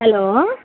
hello